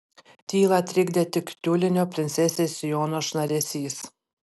tylą trikdė tik tiulinio princesės sijono šnaresys